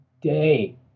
day